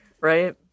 right